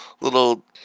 little